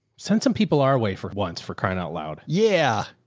send some people are away for it once for crying out loud. yeah.